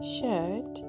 Shirt